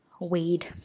weed